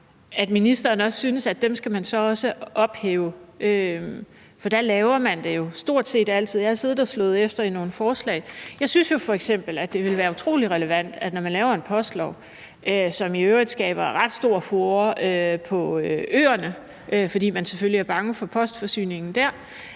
at ministeren synes, at dem skal man så også ophæve? For der laver man det jo stort set altid; jeg har siddet og slået efter i nogle forslag. Jeg synes jo, det f.eks. ville være utrolig relevant, at når man laver en postlov, som i øvrigt skaber ret stor furore på øerne, fordi man selvfølgelig er bange for postforsyningen dér,